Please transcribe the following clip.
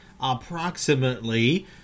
approximately